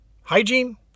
hygiene